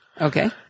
Okay